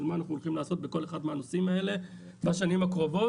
של מה שאנחנו עושים לעשות בכל אחד מהנושאים האלה בשנים הקרובות,